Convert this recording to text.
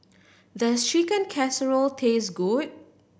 does Chicken Casserole taste good